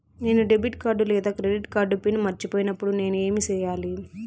నేను debit card లేదా credit card pin మర్చిపోయినప్పుడు నేను ఏమి సెయ్యాలి?